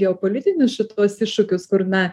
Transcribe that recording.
geopolitinius šituos iššūkius kur na